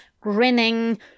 Grinning